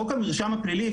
חוק המרשם הפלילי,